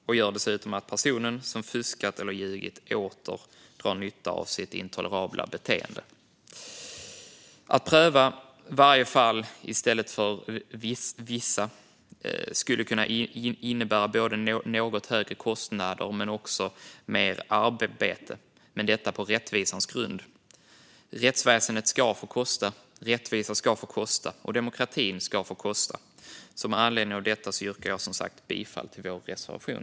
Det innebär dessutom att personen som har fuskat eller ljugit åter drar nytta av sitt intolerabla beteende. Att pröva varje fall i stället för bara vissa fall skulle kunna innebära något högre kostnader men också mer arbete. Men det vilar på rättvisans grund. Rättsväsendet ska få kosta, rättvisan ska få kosta och demokratin ska få kosta. Med anledning av detta yrkar jag som sagt bifall till vår reservation.